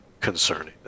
concerning